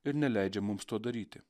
ir neleidžia mums to daryti